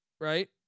right